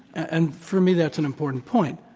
and for me that's an important point,